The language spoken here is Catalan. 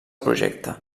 projecte